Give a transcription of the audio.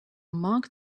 monk